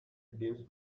deems